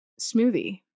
smoothie